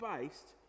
based